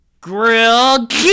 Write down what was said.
grilled